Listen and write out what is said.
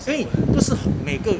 !hey! 不是 h~ 每一个